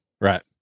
Right